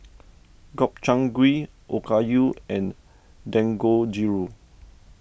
Gobchang Gui Okayu and Dangojiru